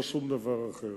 ולא שום דבר אחר.